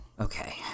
Okay